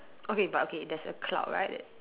okay but okay there's a cloud right